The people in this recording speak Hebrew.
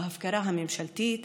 ההפקרה הממשלתית,